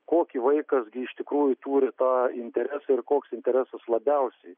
kokį vaikas gi iš tikrųjų turi tą interesą ir koks interesas labiausiai